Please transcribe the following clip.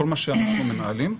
כל מה שאנחנו מנהלים,